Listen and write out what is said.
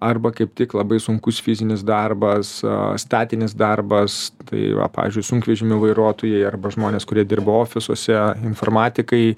arba kaip tik labai sunkus fizinis darbas statinis darbas tai va pavyzdžiui sunkvežimių vairuotojai arba žmonės kurie dirba ofisuose informatikai